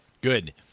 Good